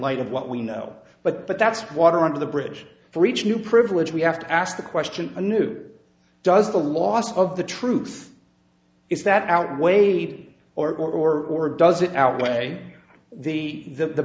light of what we know but that's water under the bridge for each new privilege we have to ask the question a new does the loss of the truth is that outweighed or or does it outweigh the th